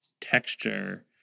texture